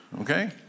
Okay